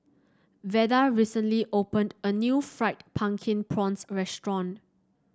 Veda recently opened a new Fried Pumpkin Prawns restaurant